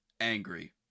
angry